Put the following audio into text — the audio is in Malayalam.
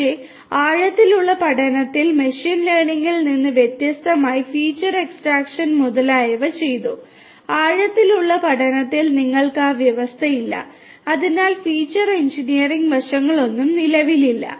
പക്ഷേ ആഴത്തിലുള്ള പഠനത്തിൽ മെഷീൻ ലേണിംഗിൽ നിന്ന് വ്യത്യസ്തമായി ഫീച്ചർ എക്സ്ട്രാക്ഷൻ മുതലായവ ചെയ്തു ആഴത്തിലുള്ള പഠനത്തിൽ നിങ്ങൾക്ക് ആ വ്യവസ്ഥയില്ല അതിനാൽ ഫീച്ചർ എഞ്ചിനീയറിംഗ് വശങ്ങളൊന്നും നിലവിലില്ല